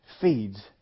feeds